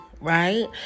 right